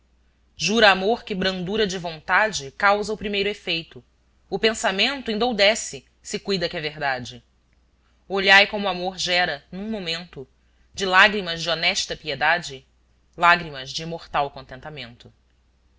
jura amor que brandura de vontade causa o primeiro efeito o pensamento endoudece se cuida que é verdade olhai como amor gera num momento de lágrimas de honesta piedade lágrimas de imortal contentamento